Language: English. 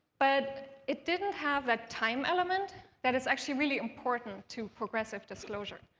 but it didn't have that time element that is actually really important to progressive disclosure.